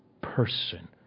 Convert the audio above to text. person